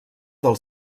del